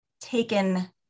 taken